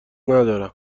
ندارم